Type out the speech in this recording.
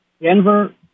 Denver